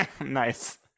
Nice